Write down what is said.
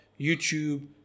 YouTube